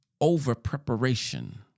over-preparation